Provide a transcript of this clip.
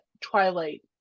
twilight